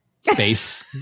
space